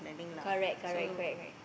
correct correct correct correct